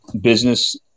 business